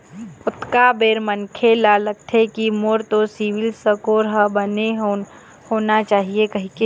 ओतका बेर मनखे ल लगथे के मोर तो सिविल स्कोर ह बने होना चाही कहिके